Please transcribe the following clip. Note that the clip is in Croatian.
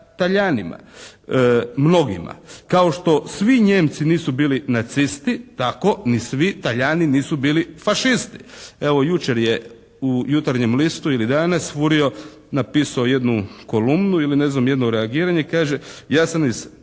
Talijanima mnogima. Kao što svi Njemci nisu bili nacisti tako ni svi Talijani nisu bili fašisti. Evo, jučer je u "Jutarnjem listu" ili danas Furio napisao jednu kolumnu ili ne znam jedno reagiranje i kaže, ja sam iz talijanske